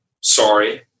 Sorry